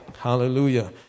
hallelujah